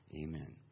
Amen